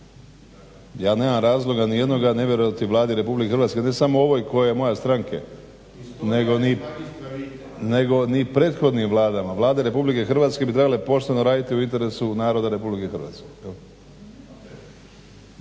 Ja nemam razloga nijednoga ne vjerovati Vladi RH ne samo ovoj koja je moje stranke nego ni prethodnim vladama. Vlade RH bi trebale pošteno raditi u interesu naroda RH. … /Upadica se